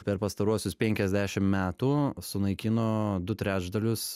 per pastaruosius penkiasdešim metų sunaikino du trečdalius